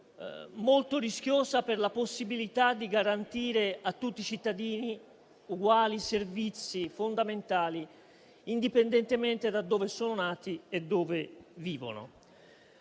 molto rischiosa per la possibilità di garantire a tutti i cittadini uguali servizi fondamentali, indipendentemente da dove sono nati e da dove vivono.